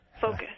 focus